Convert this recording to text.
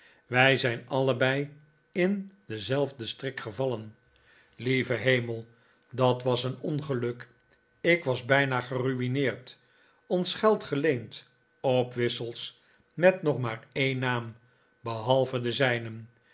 wij zijn allebei in denzelfden strik gevallen lieve hemel dat was een ongeluk ik was bijna gerumeerd ons geld geleend op wissels met nog maar een naam behalve den zijnen